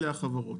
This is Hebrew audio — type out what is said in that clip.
אלו החברות.